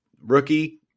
Rookie